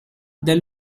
del